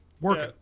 working